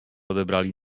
odebrali